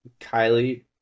kylie